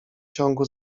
ciągu